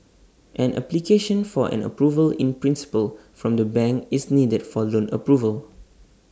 an application for an approval in principle from the bank is needed for loan approval